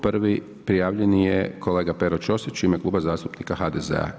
Prvi prijavljeni je kolega Pero Ćosić u ime Kluba zastupnika HDZ-a.